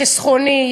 חסכוני,